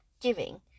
giving